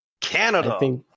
Canada